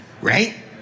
right